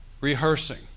Rehearsing